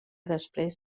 després